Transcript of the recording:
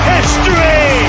History